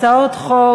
הצעת חוק